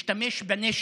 השתמש בנשק,